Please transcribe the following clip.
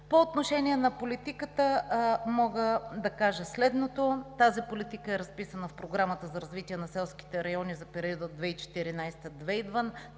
По отношение на политиката мога да кажа следното. Тази политика е разписана в Програмата за развитие на селските райони за периода 2014 – 2020